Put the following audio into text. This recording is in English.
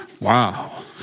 wow